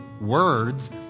words